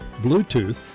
Bluetooth